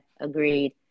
agreed